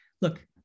look